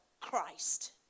Christ